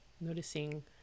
Noticing